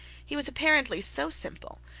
he was apparently so simple,